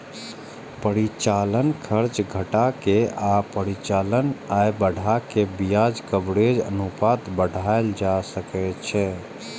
परिचालन खर्च घटा के आ परिचालन आय बढ़ा कें ब्याज कवरेज अनुपात बढ़ाएल जा सकै छै